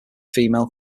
female